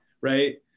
right